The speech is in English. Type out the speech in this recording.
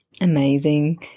amazing